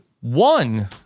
one